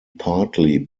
partly